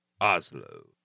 Oslo